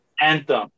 Anthem